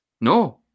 No